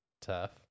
tough